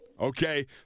Okay